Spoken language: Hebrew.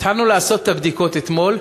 התחלנו לעשות את הבדיקות אתמול,